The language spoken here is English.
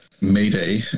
Mayday